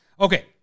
Okay